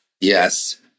Yes